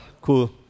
cool